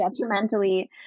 detrimentally